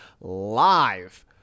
Live